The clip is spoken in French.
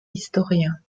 historiens